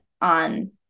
on